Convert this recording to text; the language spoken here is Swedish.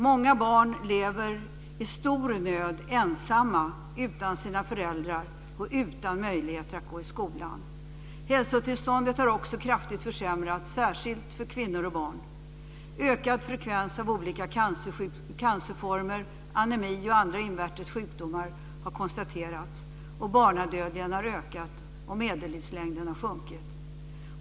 Många barn lever ensamma i stor nöd utan sina föräldrar och utan möjligheter att gå i skolan. Hälsotillståndet har också försämrats kraftigt, särskilt för kvinnor och barn. Ökad frekvens av olika cancerformer, anemi och andra invärtes sjukdomar har konstaterats, barnadödligheten har ökat och medellivslängden har sjunkit.